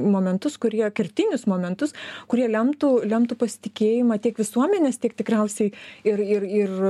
momentus kurie kertinius momentus kurie lemtų lemtų pasitikėjimą tiek visuomenės tiek tikriausiai ir ir ir